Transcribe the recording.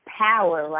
power